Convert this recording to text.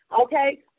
Okay